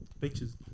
pictures